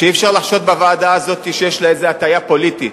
שאי-אפשר לחשוד בה שיש לה איזו הטיה פוליטית,